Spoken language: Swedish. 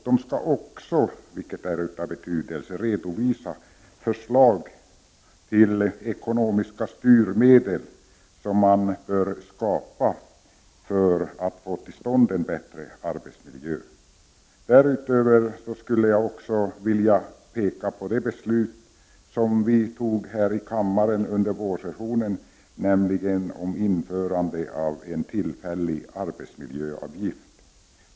Den skall också, vilket här är av betydelse, redovisa förslag till ekonomiska styrmedel som man bör skapa för att få till stånd en bättre arbetsmiljö. Därutöver skulle jag också vilja peka på det beslut som vi tog här i kammaren under vårsessionen om införandet av en tillfällig arbetsmiljöavgift.